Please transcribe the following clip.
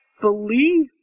believe